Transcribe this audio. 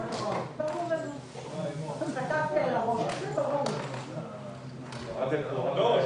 בסוף ברור שההחלטה --- אבל תמ"א 38 מסתיימת.